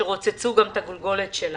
כאשר רוצצו את הגולגולת שלה.